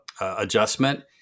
adjustment